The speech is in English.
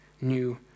new